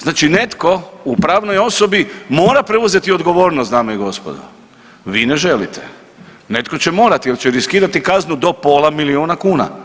Znači netko u pravnoj osobi mora preuzeti odgovornost dame i gospodo, vi ne želite, netko će morati jer će riskirati kaznu do pola milijuna kuna.